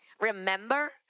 remember